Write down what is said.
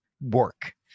work